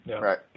Right